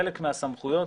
חלק מהסמכויות,